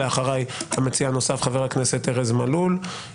אחריי המציע הנוסף, חבר הכנסת ארז מלול.